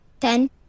Ten